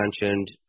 mentioned